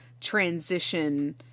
transition